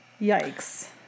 Yikes